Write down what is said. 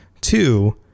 Two